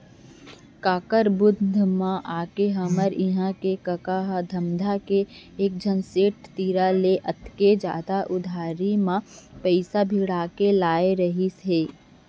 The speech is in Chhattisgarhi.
काकर बुध म आके हमर इहां के कका ह धमधा के एकझन सेठ तीर ले अतेक जादा बियाज म उधारी म पइसा भिड़ा के लाय रहिस हे